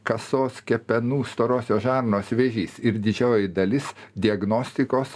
kasos kepenų storosios žarnos vėžys ir didžioji dalis diagnostikos